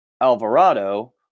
Alvarado